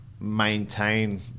maintain